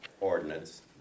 ordinance